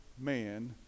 man